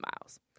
miles